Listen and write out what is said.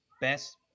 Best